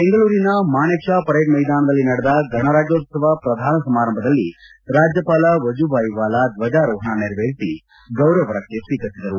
ಬೆಂಗಳೂರಿನ Manekshaw parade ಮೈದಾನದಲ್ಲಿ ನಡೆದ ಗಣರಾಜ್ಯೋತ್ಸವದ ಪ್ರಧಾನ ಸಮಾರಂಭದಲ್ಲಿ ರಾಜ್ಞಪಾಲ ವಜೂಭಾಯ್ ವಾಲಾ ಧ್ವಜಾರೋಹಣ ನೆರವೇರಿಸಿ ಗೌರವ ರಕ್ಷೆ ಸ್ವೀಕರಿಸಿದರು